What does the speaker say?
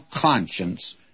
conscience